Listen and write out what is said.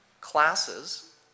classes